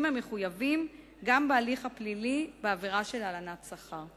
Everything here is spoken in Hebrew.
המחויבים גם בהליך הפלילי בעבירה של הלנת שכר.